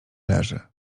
leży